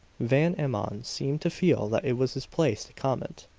van emmon seemed to feel that it was his place to comment.